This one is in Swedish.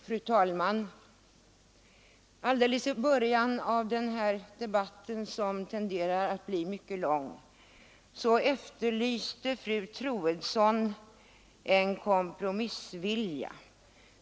Fru talman! Alldeles i början av denna debatt, som tenderar att bli mycket lång, efterlyste fru Troedsson en kompromissvilja.